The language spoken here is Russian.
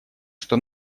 что